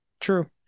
true